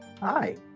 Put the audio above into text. Hi